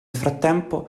frattempo